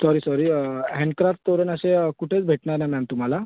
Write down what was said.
sorry sorry handcraft तोरण असे कुठेच भेटणार नाही मॅम तुम्हाला